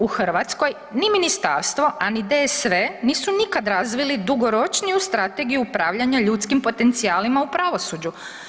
U Hrvatskoj ni ministarstvo, a ni DSV nisu nikad razvili dugoročniju strategiju upravljanja ljudskim potencijalima u pravosuđu.